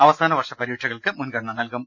അവസാനവർഷ പരീക്ഷകൾക്ക് മുൻഗണന നൽകും